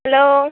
hello